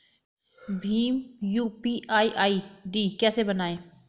Bhim UPI ID कैसे बनाएं?